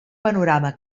panorama